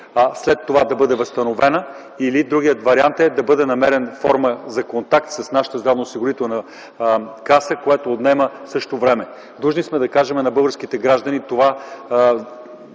след това тя да бъде възстановена; другият вариант е да бъде намерена форма за контакт с нашата Здравноосигурителна каса, което отнема време. Длъжни сме да кажем на българските граждани това